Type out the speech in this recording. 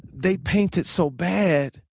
they paint it so bad.